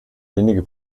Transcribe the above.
wenige